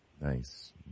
Nice